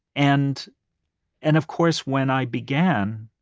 and and of course, when i began,